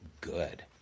good